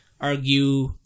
argue